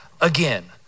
again